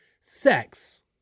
sex